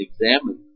examine